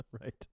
Right